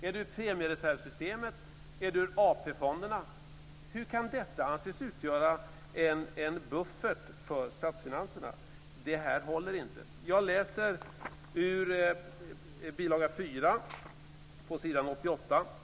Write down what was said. Är det ur premiereservssystemet? Är det ur AP-fonderna? Hur kan detta anses utgöra en buffert för statsfinanserna? Det här håller inte. Jag läser ur kapitel 4, s. 88.